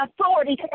authority